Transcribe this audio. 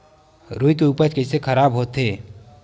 रुई के उपज कइसे खराब होथे?